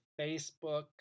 Facebook